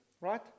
right